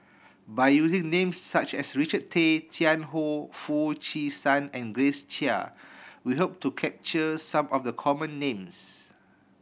by using names such as Richard Tay Tian Hoe Foo Chee San and Grace Chia we hope to capture some of the common names